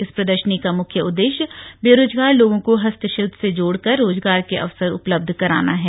इस प्रदर्शनी की मुख्य उद्देश्य बेरोजगार लोगों को हस्तशिल्प से जोड़ कर रोजगार के अवसर उपलब्ध कराना है